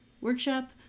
Workshop